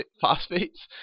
phosphates